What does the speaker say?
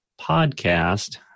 podcast